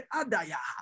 adaya